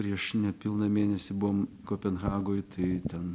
prieš nepilną mėnesį buvom kopenhagoj tai ten